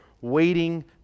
Waiting